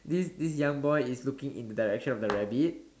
this this young boy is looking in the direction of the rabbit